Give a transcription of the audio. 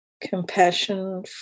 compassion